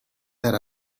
that